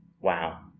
Wow